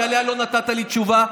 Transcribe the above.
שעליה לא נתת לי תשובה,